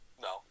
No